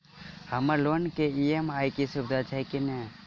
हम्मर लोन केँ ई.एम.आई केँ सुविधा छैय की नै?